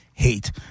hate